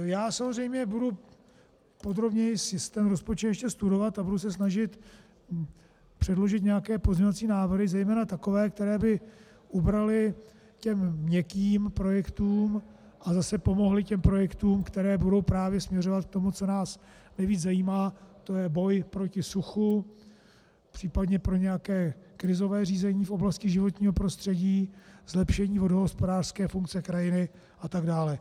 Já samozřejmě budu podrobněji rozpočet ještě studovat a budu se snažit předložit nějaké pozměňovací návrhy, zejména takové, které by ubraly těm měkkým projektům a zase pomohly projektům, které budou právě směřovat k tomu, co nás nejvíc zajímá, to je boj proti suchu, příp. pro nějaké krizové řízení v oblasti životního prostředí, zlepšení vodohospodářské funkce krajiny atd.